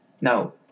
No